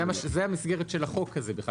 זה המסגרת של החוק הזה.